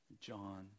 John